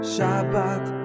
Shabbat